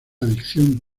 adicción